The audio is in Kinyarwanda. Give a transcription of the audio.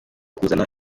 kuzana